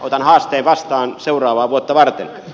otan haasteen vastaan seuraavaa vuotta varten